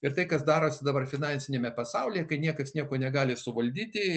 ir tai kas darosi dabar finansiniame pasaulyje kai niekas nieko negali suvaldyti